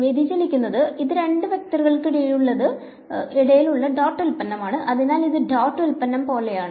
വ്യതിചലിക്കുന്നത് ഇത് രണ്ട് വെക്റ്ററുകൾക്കിടയിലുള്ള ഡോട്ട് ഉൽപ്പന്നമാണ് അതിനാൽ ഇത് ഡോട്ട് ഉൽപ്പന്നം പോലെയാണ്